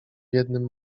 jednym